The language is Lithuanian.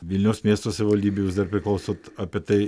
vilniaus miesto savivaldybių vis dar priklausot apie tai